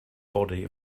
body